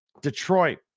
Detroit